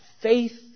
faith